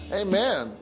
amen